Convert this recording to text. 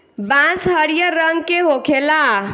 बांस हरियर रंग के होखेला